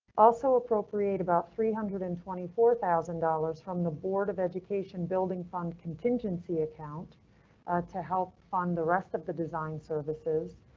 also appropriate about three hundred and twenty. four one thousand dollars from the board of education building fund. contingency account to help fund the rest of the design services,